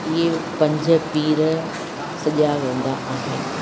इहे पंज पीर सॼिया वेंदा आहिनि